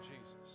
Jesus